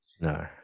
No